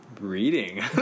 reading